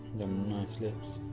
them nice lips.